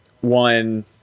One